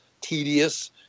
tedious